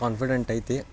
confident ಐತಿ